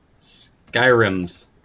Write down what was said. Skyrims